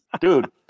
Dude